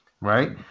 Right